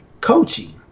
coaching